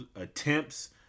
attempts